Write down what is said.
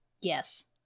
yes